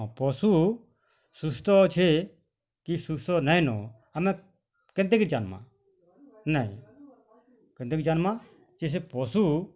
ହଁ ପଶୁ ସୁସ୍ଥ ଅଛେ କି ସୁସ୍ଥ ନାଇଁନ ଆମେ କେନ୍ତା କି ଜାନ୍ମା ନାଇଁ କେନ୍ତାକି ଜାନ୍ମା ଯେ ସେ ପଶୁ